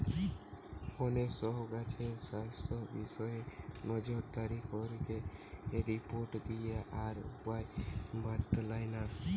বনের সব গাছের স্বাস্থ্য বিষয়ে নজরদারি করিকি রিপোর্ট দিয়া আর উপায় বাৎলানা